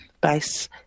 base